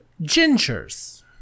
Gingers